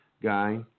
guy